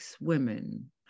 women